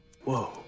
Whoa